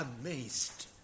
amazed